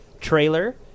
trailer